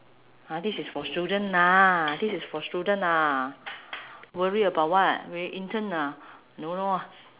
!huh! this is for student lah this is for student lah worry about what we intern ah don't know